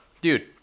Dude